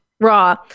raw